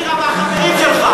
אולי תסביר את הבירה והחברים שלך?